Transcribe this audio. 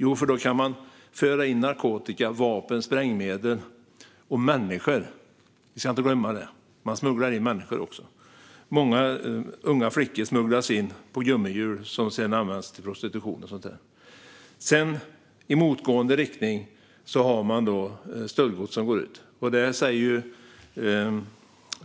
Jo, för då kan man föra in narkotika, vapen och sprängmedel - och människor. Vi ska inte glömma att man smugglar in människor också. Många unga flickor, som sedan utnyttjas i prostitution, smugglas in på gummihjul, och i motgående riktning har man stöldgods som går ut.